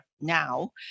now